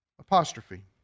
apostrophe